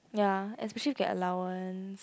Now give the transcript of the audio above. ya especially you get allowance